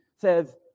says